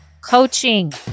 coaching